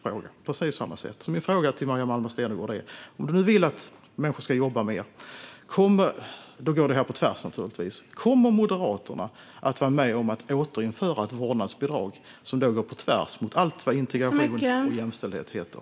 Det är precis samma fråga. Maria Malmer Stenergard vill att människor ska jobba mer, och detta går naturligtvis på tvärs mot det. Därför är min fråga: Kommer Moderaterna att vara med på att återinföra ett vårdnadsbidrag som går på tvärs mot allt vad integration och jämställdhet heter?